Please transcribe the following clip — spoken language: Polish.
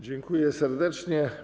Dziękuję serdecznie.